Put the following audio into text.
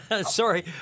Sorry